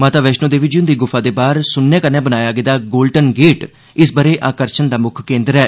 माता वैष्णो देवी जी हुंदी गुफा दे बाहर सुन्ने कन्नै बनाया गेदा गोल्डन गेट इस ब'रे आकर्षण दा मुक्ख केन्द्र ऐ